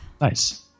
Nice